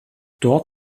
dort